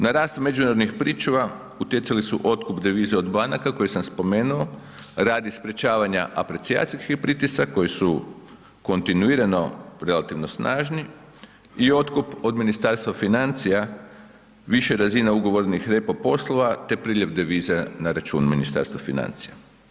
Na rast međunarodnih pričuva utjecali su otkup deviza od banaka koje sam spomenuo, radi sprječavanja aprecijacijski pritisak koji su kontinuirano relativno snažni i otkup od Ministarstva financija više razine ugovornih repo poslova, te priljev deviza na račun Ministarstva financija.